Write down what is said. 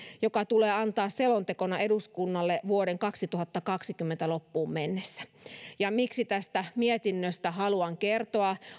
joka tulee antaa selontekona eduskunnalle vuoden kaksituhattakaksikymmentä loppuun mennessä miksi tästä mietinnöstä haluan kertoa